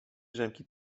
drzemki